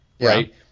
right